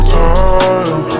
time